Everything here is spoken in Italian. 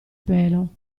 pelo